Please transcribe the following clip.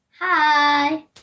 Hi